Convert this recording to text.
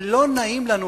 ולא נעים לנו,